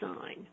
sign